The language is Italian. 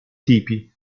tipi